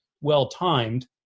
well-timed